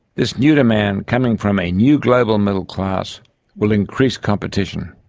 this new demand coming from a new global middle class will increase competition,